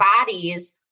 bodies